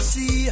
See